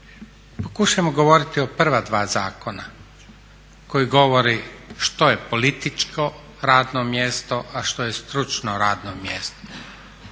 Pokušajmo govoriti o prva dva zakona koji govori što je političko radno mjesto, a što je stručno radno mjesto